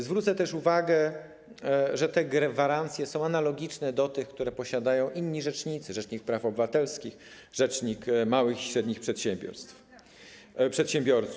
Zwrócę też uwagę, że te gwarancje są analogiczne do tych, które posiadają inni rzecznicy: rzecznik praw obywatelskich i rzecznik małych i średnich przedsiębiorców.